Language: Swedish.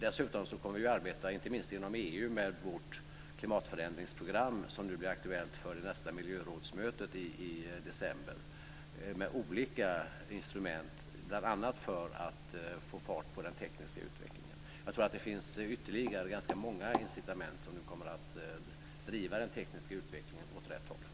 Dessutom kommer vi inte minst inom EU att arbeta med vårt klimatförändringsprogram som nu blir aktuellt vid nästa miljörådsmöte i december med olika instrument, bl.a. för att få fart på den tekniska utvecklingen. Jag tror att det finns ganska många ytterligare incitament som nu kommer att driva den tekniska utvecklingen åt rätt håll.